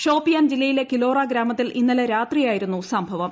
ഷോപ്പിയാൻ ജില്ലയിലെ കിലോറ ഗ്രാമത്തിൽ ഇന്നലെ രാത്രിയായിരുന്നു സംഭവം